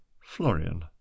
Florian